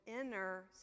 inner